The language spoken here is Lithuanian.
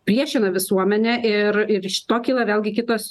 priešina visuomenę ir ir iš to kyla vėlgi kitos